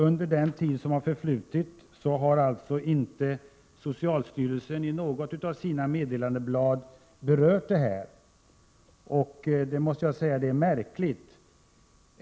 Under den tid som har förflutit har alltså socialstyrelsen inte i något av sina meddelandeblad berört denna fråga. Det är märkligt!